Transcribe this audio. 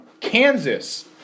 Kansas